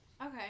Okay